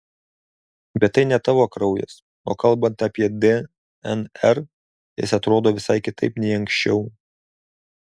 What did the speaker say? bet tai ne tavo kraujas o kalbant apie dnr jis atrodo visai kitaip nei anksčiau